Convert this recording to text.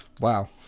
Wow